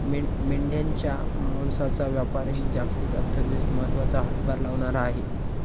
मेंढ्यांच्या मांसाचा व्यापारही जागतिक अर्थव्यवस्थेत महत्त्वाचा हातभार लावणारा आहे